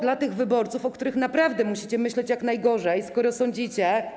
Dla tych wyborców, o których naprawdę musicie myśleć jak najgorzej, skoro sądzicie.